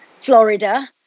Florida